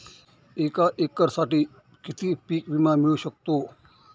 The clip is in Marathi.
एका एकरसाठी किती पीक विमा मिळू शकतो?